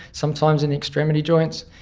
sometimes in the extremity joints.